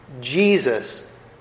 Jesus